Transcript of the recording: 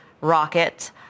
rocket